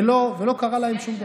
ולא קרה להם שום דבר?